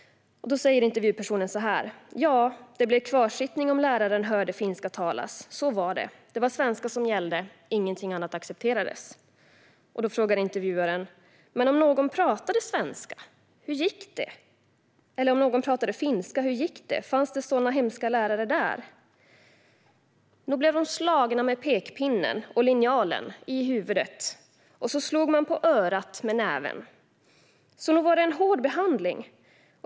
Då svarar intervjupersonen så här: "C: Ja, det blev kvarsittning om läraren hörde finska talas, så var det. Det var svenska som gällde, ingenting annat accepterades. R: Men om någon pratade finska, hur gick det? Fanns det sådana där hemska lärare här? C: Nog blev de slagna med pekpinnen, och linjalen, i huvudet. Och så slog man på örat med näven. Så nog var det en hård behandling.